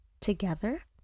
together